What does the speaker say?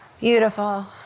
Beautiful